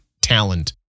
talent